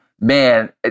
man